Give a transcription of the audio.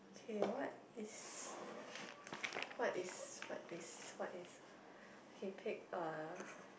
okay what is what is what is what is okay pick a